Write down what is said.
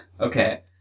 Okay